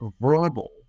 verbal